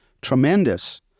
tremendous